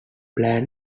plan